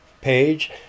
page